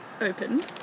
Open